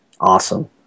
Awesome